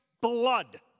blood